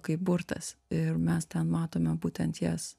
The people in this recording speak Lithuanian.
kaip burtas ir mes matome būtent jas